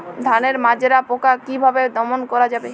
ধানের মাজরা পোকা কি ভাবে দমন করা যাবে?